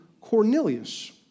Cornelius